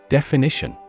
Definition